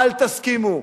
אל תסכימו,